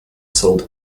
sold